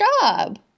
job